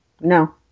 No